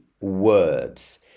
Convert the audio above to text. words